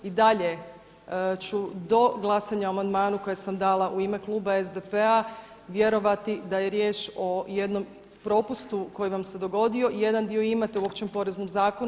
I dalje ću do glasanja o amandmanu koje sam dala u ime kluba SDP-a vjerovati da je riječ o jednom propustu koji vam se dogodio i jedan dio imate u Općem poreznom zakonu.